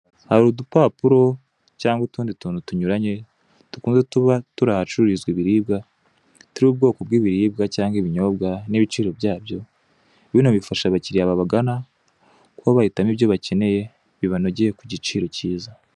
Hari udupapuro cyangwa utundi tuntu tunyuranye dukunze kuba turi ahacururizwa ibiribwa turiho ubwoko bw'ibiribwa cyangwa ibinyobwa n'ibiciro byayo bino bifasha abakiriya babagana kuba bahitamo ibyo bakeneye bibanogeye ku igiciro cyiza.